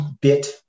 bit